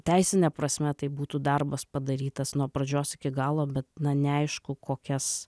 teisine prasme tai būtų darbas padarytas nuo pradžios iki galo bet na neaišku kokias